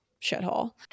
shithole